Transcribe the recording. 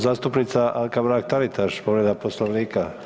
Zastupnica Anka Mrak Taritaš povreda Poslovnika.